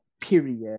period